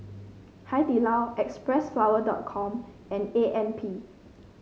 Hai Di Lao Xpressflower dot com and A M P